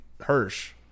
Hirsch